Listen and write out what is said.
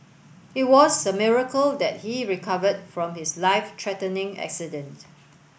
it was a miracle that he recovered from his life threatening accident